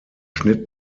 schnitt